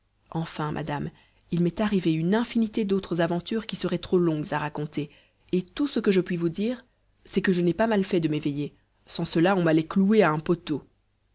enfin madame il m'est arrivé une infinité d'autres aventures qui seraient trop longues à raconter et tout ce que je puis vous dire c'est que je n'ai pas mal fait de m'éveiller sans cela on m'allait clouer à un poteau